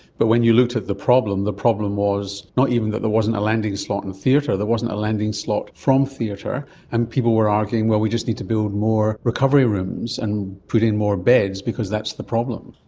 but when you looked at the problem, the problem was not even that there wasn't a landing slot in theatre, there wasn't a landing slot from theatre and people were arguing, well, we just need to build more recovery rooms and put in more beds because that's the problem.